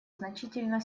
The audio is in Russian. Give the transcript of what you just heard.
значительно